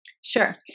Sure